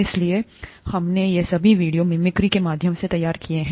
इसलिए हमने ये सभी वीडियो मिमिक्री के माध्यम से तैयार किए हैं